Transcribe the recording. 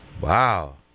wow